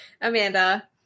Amanda